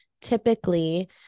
typically